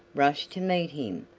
rushed to meet him,